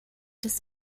des